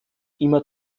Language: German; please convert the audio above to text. immer